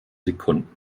sekunden